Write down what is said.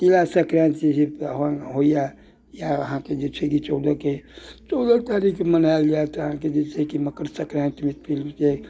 तिला सङ्क्रान्ति से होइया इएह अहाँके जे छै कि चौदहके चौदह तारीखके मनायल जायत अहाँकेँ जे छै कि मकर सङ्क्रान्ति तिल जे